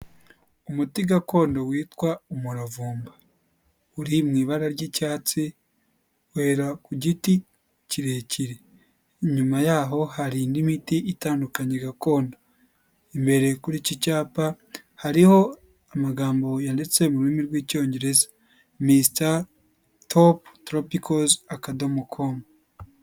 Umuti gakondo witwa umuravumba uri mu ibara ry'icyatsi wera ku giti kirekire, inyuma yaho hari indi miti itandukanye gakondo. imbere kuri iki cyapa hariho amagambo yanditse mu rurimi rw'Icyongereza" mr top tropicals.com".